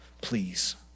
Please